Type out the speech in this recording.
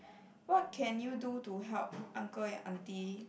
what can you do to help uncle and aunty